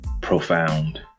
profound